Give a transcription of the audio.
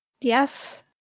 Yes